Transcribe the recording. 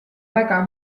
väga